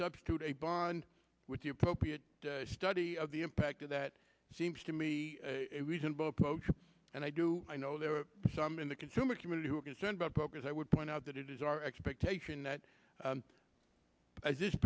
substitute a bond with the appropriate study of the impact of that seems to me a reasonable approach and i do know there are some in the consumer community who are concerned about brokers i would point out that it is our expectation that as this